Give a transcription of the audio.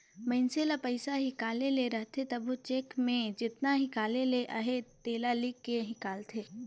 मइनसे ल पइसा हिंकाले ले रहथे तबो चेक में जेतना हिंकाले ले अहे तेला लिख के हिंकालथे